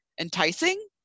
enticing